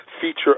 feature